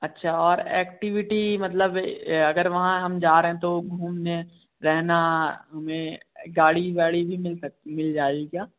अच्छा और एक्टिविटी मतलब अगर वहाँ हम जा रहे हैं तो घूमने रहना हमें गाड़ी वाड़ी भी मिल सकती जाएगी क्या